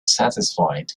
satisfied